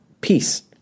peace